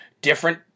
different